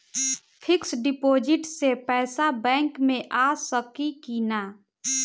Fix deposit से पैसा bank मे आ सकी कि ना?